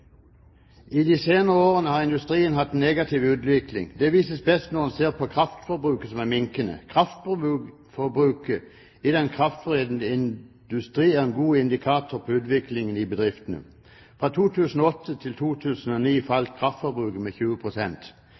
I de senere årene har industrien hatt en negativ utvikling. Det vises best når en ser på kraftforbruket, som er minkende. Kraftforbruket i den kraftforedlende industrien er en god indikator på utviklingen i bedriftene. Fra 2008 til 2009 falt kraftforbruket med